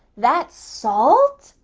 that's salt?